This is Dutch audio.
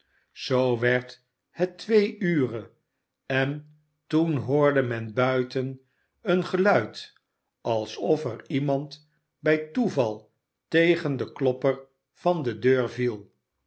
zoo werd het twee ure en toen hoorde men buiten een geluid alsof er iemand bij toeval tegen den klopper van de deur viel